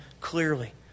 clearly